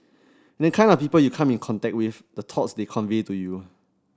and the kind of people you come in contact with the thoughts they convey to you